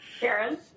Karen